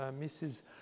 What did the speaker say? Mrs